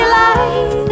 light